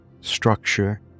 structure